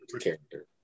character